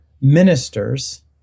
ministers